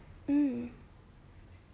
mm